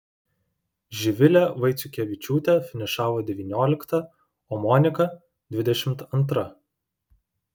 živilė vaiciukevičiūtė finišavo devyniolikta o monika dvidešimt antra